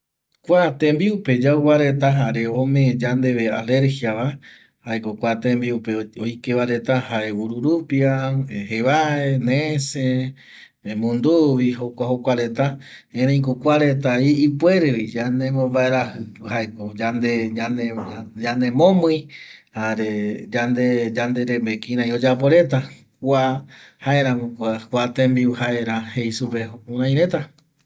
Kua tembiupe oava reta jaeko ome yande alergiava jaeko kua tembiupe oike varetra jae ururupia, jevae, nese, munduvi jokujokua reta ereiko kua reta ipuerevi yandembovaerajƚ jaeko yande ñanemomƚi jare yande rembe kirai oyapo reta kua jaeramoko kua tembiu jaera jei supe jukurai reta